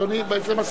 אדוני מסכים.